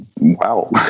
Wow